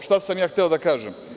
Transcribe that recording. Šta sam ja hteo da kažem?